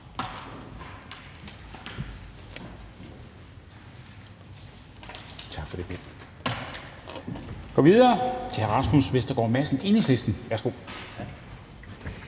Tak for det, formand.